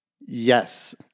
Yes